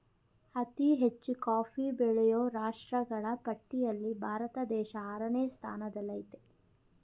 ಅತಿ ಹೆಚ್ಚು ಕಾಫಿ ಬೆಳೆಯೋ ರಾಷ್ಟ್ರಗಳ ಪಟ್ಟಿಲ್ಲಿ ಭಾರತ ದೇಶ ಆರನೇ ಸ್ಥಾನದಲ್ಲಿಆಯ್ತೆ